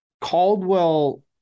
Caldwell